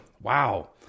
Wow